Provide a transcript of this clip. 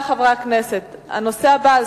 בעד